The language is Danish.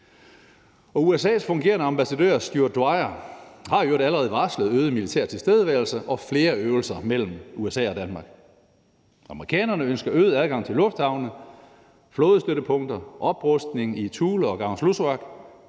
USA’s fungerende ambassadør, Stuart A. Dwyer, har i øvrigt allerede varslet øget militær tilstedeværelse og flere øvelser mellem USA og Danmark. Amerikanerne ønsker øget adgang til lufthavne og flådestøttepunkter og øget oprustning i Thule og Kangerlussuaq.